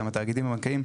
גם התאגידים הבנקאיים,